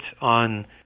on